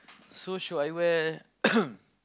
so should I wear